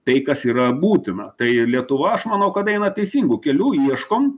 tai kas yra būtina tai lietuva aš manau kad eina teisingu keliu ieškom